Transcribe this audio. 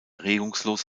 regungslos